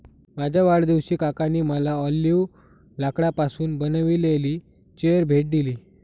माझ्या वाढदिवशी काकांनी मला ऑलिव्ह लाकडापासून बनविलेली चेअर भेट दिली